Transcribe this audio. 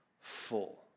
full